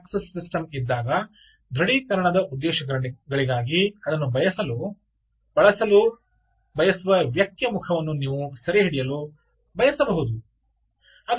door access system ಇದ್ದಾಗ ದೃಢೀಕರಣದ ಉದ್ದೇಶಗಳಿಗಾಗಿ ಅದನ್ನು ಬಳಸಲು ಬಯಸುವ ವ್ಯಕ್ತಿಯ ಮುಖವನ್ನು ನೀವು ಸೆರೆ ಹಿಡಿಯಲು ಬಯಸಬಹುದು